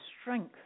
strength